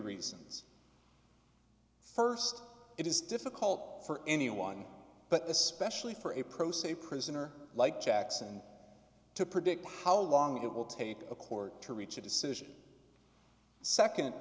reasons st it is difficult for anyone but the specially for a pro se prisoner like jackson to predict how long it will take a court to reach a decision